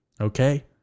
Okay